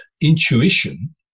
intuition